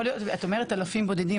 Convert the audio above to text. את אומרת אלפים בודדים,